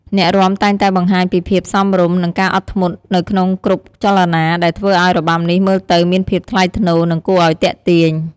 អ្នករាំតែងតែបង្ហាញពីភាពសមរម្យ និងការអត់ធ្មត់នៅក្នុងគ្រប់ចលនា ដែលធ្វើឲ្យរបាំនេះមើលទៅមានភាពថ្លៃថ្នូរ និងគួរឲ្យទាក់ទាញ។